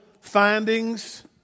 findings